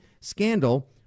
scandal